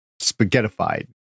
spaghettified